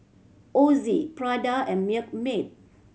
Ozi Prada and Milkmaid